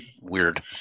weird